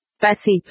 Passive